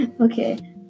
Okay